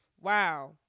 wow